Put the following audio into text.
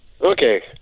Okay